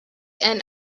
and